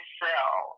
sell